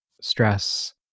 stress